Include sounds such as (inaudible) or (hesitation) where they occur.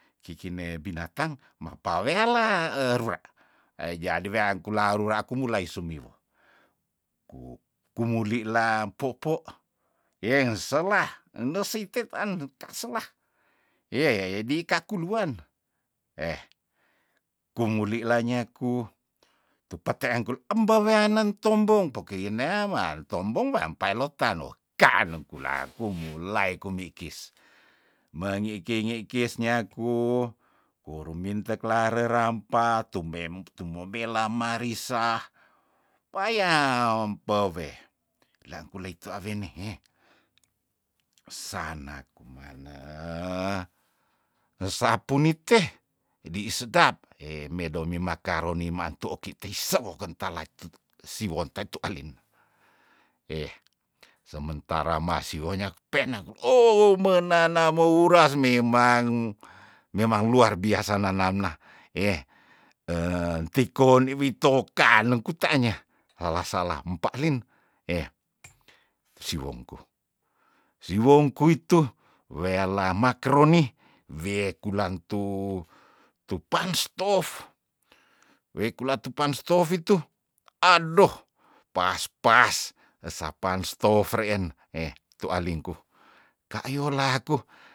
Kikine binatang mapaweala erura ejadi weangkula rura kumulai sumiweh, ku- kumulila popo yeng sela eneseitet an kaselah yeey edikaku luan eh kumulila nyaku tupetean kule embe weanen tombong poki inea mar tombong weam pailotan oh kanong kula kumulai kumbi kis mengiki- ngikis nyaku worumintek lare rampa tumem tumo belamarisa paya ompoweh langkulei tu awene heh sana kuman neh esapu mite di sedap he medomi makaroni maantu oki teisewo kentalaitut siwontet tu alin eh sementara masiwonya ku pena kul oww menana mouras memang- memang luar biasa nanamna eh (hesitation) tikondi witok kaneng kutanya hala salah empa lin heh tusi wongku- siwongku itu weala makeroni wekulang tu- tu panstof wekula tu panstof itu adoh pas- pas esapanstof reen heh tualingku kayo laku